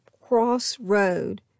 crossroad